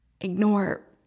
Ignore